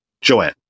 Joanne